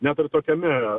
net ir tokiame